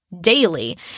daily